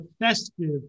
festive